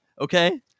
okay